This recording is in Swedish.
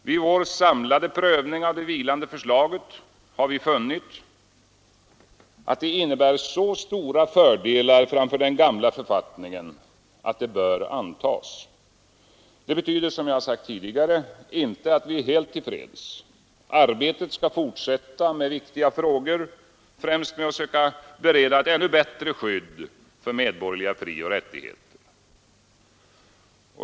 Vid vår samlade prövning av det vilande förslaget har vi funnit att det innebär så stora fördelar framför den gamla författningen att det bör antas. Det betyder, som jag förut sagt, inte att vi är helt till freds. Arbetet skall fortsätta med viktiga frågor, främst med att söka bereda ett ännu bättre skydd för medborgerliga frioch rättigheter.